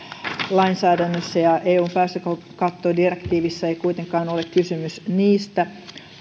lainsäädännössä ja eun päästökattodirektiivissä ei kuitenkaan ole kysymys niistä